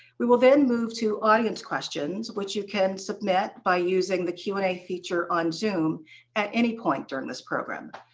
we will then move to audience questions, which you can submit by using on q and a feature on zoom at any point during this program.